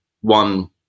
one